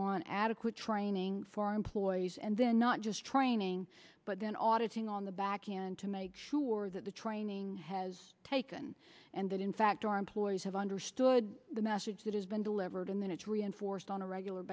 on adequate training for our employees and then not just training but then auditing on the back end to make sure that the training has taken and that in fact our employees have understood the message that has been delivered and then it's reinforced on a regular